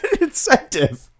Incentive